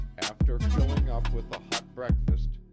after filling up with a hot breakfast,